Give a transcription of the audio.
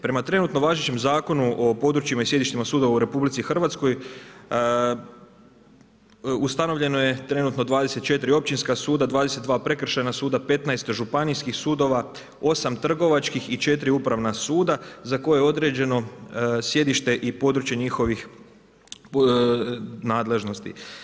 Prema trenutno važećem Zakonu o područjima i sjedištima sudova u RH, ustanovljeno je trenutno 24 općinska suda, 22 prekršajan suda, 15 županijska sudova, 8 trgovačkih i 4 upravna suda, za koje je određeno sjedište i područje njihovih nadležnosti.